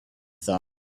thought